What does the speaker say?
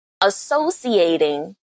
associating